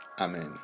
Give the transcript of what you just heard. Amen